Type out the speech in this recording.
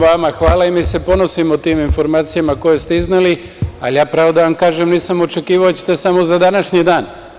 Vama hvala, mi se ponosimo tim informacijama koje ste izneli, ali ja pravo da vam kažem nisam očekivao da ćete samo za današnji dan.